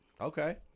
Okay